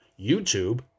YouTube